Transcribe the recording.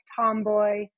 Tomboy